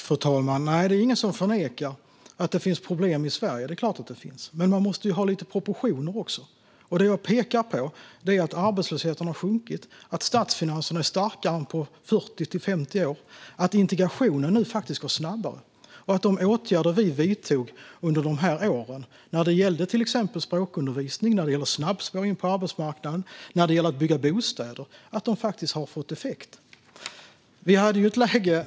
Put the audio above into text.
Fru talman! Nej, det är ingen som förnekar att det finns problem i Sverige. Det är klart att det finns, men man måste ju ha lite proportioner också. Det jag pekar på är att arbetslösheten har sjunkit, att statsfinanserna är starkare än på 40-50 år, att integrationen nu går snabbare och att de åtgärder som vi vidtog under de här åren när det gäller till exempel språkundervisning och snabbspår in på arbetsmarknaden och när det gäller att bygga bostäder faktiskt har fått effekt.